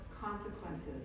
consequences